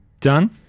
Done